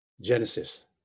genesis